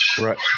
Right